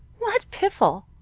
what piffle!